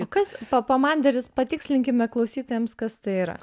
o kas pa pomanderis patikslinkime klausytojams kas tai yra